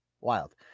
wild